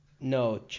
No